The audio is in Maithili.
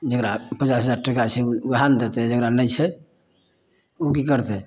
जेकरा पचास हजार टाका छै उएह ने देतय जकरा नहि छै उ की करतय